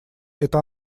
это